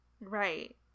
Right